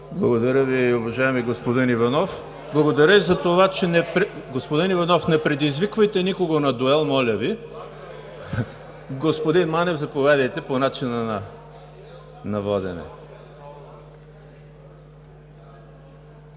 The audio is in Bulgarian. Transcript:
Благодаря Ви, уважаеми господин Иванов. Благодаря и за това – господин Иванов, не предизвиквайте никого на дуел, моля Ви. Господин Манев, заповядайте – по начина на водене.